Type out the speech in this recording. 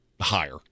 higher